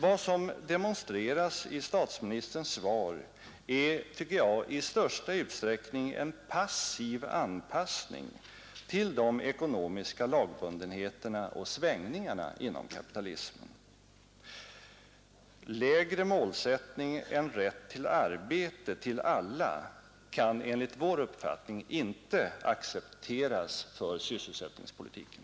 Vad som demonstreras i statsministern svar är, tycker jag, i största utsträckning en passiv anpassning till de ekonomiska lagbundenheterna och svängningarna inom kapitalismen. Lägre målsättning än rätt till arbete till alla kan enligt vår uppfattning inte accepteras för sysselsättningspolitiken.